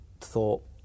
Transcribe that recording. thought